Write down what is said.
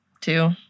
two